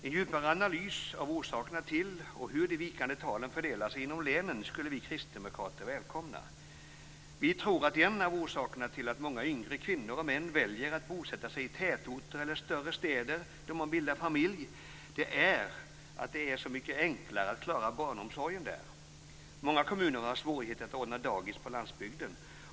En djupare analys av orsakerna till och hur de vikande talen fördelar sig inom länen skulle vi kristdemokrater välkomna. Vi tror att en av orsakerna till att många yngre kvinnor och män väljer att bosätta sig i tätorter eller större städer då man bildar familj är att det är så mycket enklare att klara barnomsorgen där. Många kommuner har svårigheter att ordna dagis på landsbygden.